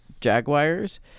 Jaguars